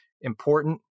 important